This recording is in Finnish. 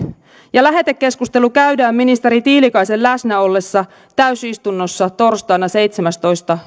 ja lähetekeskustelu käydään ministeri tiilikaisen läsnä ollessa täysistunnossa torstaina seitsemästoista